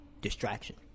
distraction